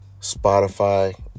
Spotify